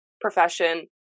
profession